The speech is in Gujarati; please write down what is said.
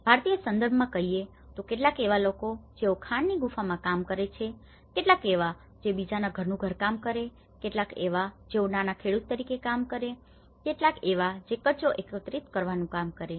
ભારતીય સંદર્ભમાં કહીએ તો કેટલાક એવા લોકો કે જેઓ ખાણની ગુફાઓમાં કામ કરે છે કેટલાક એવા લોકો કે જેઓ બીજાના ઘરનું ઘરકામ કરે છે કેટલાક એવા લોકો છે કે જેઓ નાના ખેડુત તરીકે કામ કરે છે કેટલાક એવા લોકો છે જે કચરો એકત્રિત કરવાનું કામ કરે છે